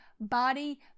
body